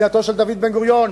המדינה של דוד בן-גוריון,